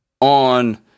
on